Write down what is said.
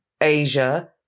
Asia